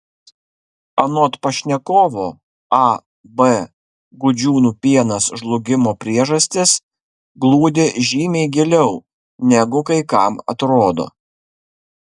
anot pašnekovo ab gudžiūnų pienas žlugimo priežastys glūdi žymiai giliau negu kai kam atrodo